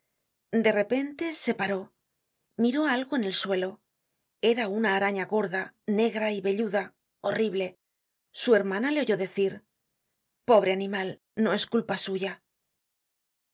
de repente se paró miró algo en el suelo era una araña gorda negra velluda horrible su hermana le oyó decir pobre animal no es culpa suya